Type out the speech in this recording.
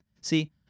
See